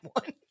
one